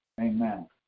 amen